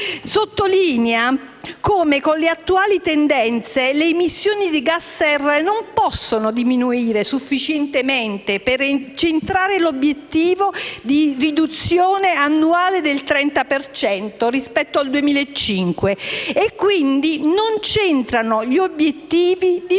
sottolinea come, con le attuali tendenze, le emissioni di gas serra non potranno diminuire sufficientemente per centrare l'obiettivo di una riduzione annuale del 30 per cento rispetto al 2005 e quindi non verranno centrati gli obiettivi di